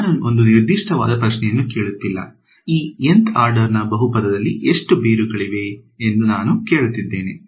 ನಾನು ಒಂದು ನಿರ್ದಿಷ್ಟವಾದ ಪ್ರಶ್ನೆಯನ್ನು ಕೇಳುತ್ತಿಲ್ಲ ಈ Nth ಆರ್ಡರ್ ನ ಬಹುಪದದಲ್ಲಿ ಎಷ್ಟು ಬೇರುಗಳಿವೆ ಎಂದು ನಾನು ಕೇಳುತ್ತಿದ್ದೇನೆ